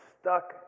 stuck